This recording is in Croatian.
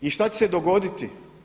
I šta će se dogoditi?